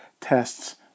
tests